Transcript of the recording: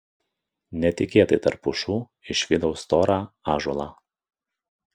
netikėtai tarp pušų išvydau storą ąžuolą